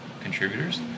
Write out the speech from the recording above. contributors